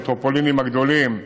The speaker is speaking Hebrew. במטרופולינים הגדולות,